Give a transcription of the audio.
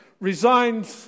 resigned